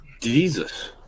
Jesus